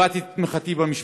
הבעתי את תמיכתי במשפחה,